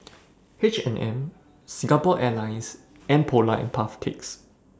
H and M Singapore Airlines and Polar and Puff Cakes